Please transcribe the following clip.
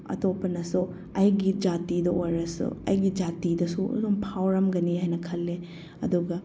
ꯑꯇꯣꯞꯄꯅꯁꯨ ꯑꯩꯒꯤ ꯖꯥꯇꯤꯗꯣ ꯑꯣꯏꯔꯁꯨ ꯑꯩꯒꯤ ꯖꯥꯇꯤꯗꯁꯨ ꯑꯗꯨꯝ ꯐꯥꯎꯔꯝꯒꯅꯤ ꯍꯥꯏꯅ ꯈꯜꯂꯦ ꯑꯗꯨꯒ